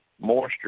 moisture